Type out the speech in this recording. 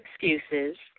excuses